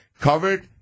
covered